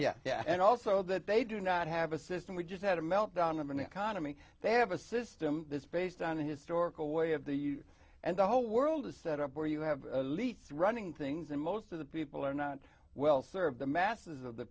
and yeah and also that they do not have a system we just had a meltdown of an economy they have a system that's based on historical way of the and the whole world is set up where you have a lease running things and most of the people are not well served the masses of the